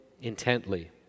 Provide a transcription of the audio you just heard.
intently